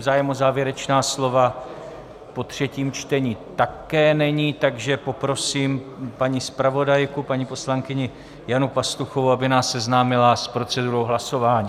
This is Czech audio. Zájem o závěrečná slova po třetím čtení také není, takže poprosím paní zpravodajku paní poslankyni Janu Pastuchovou, aby nás seznámila s procedurou hlasování.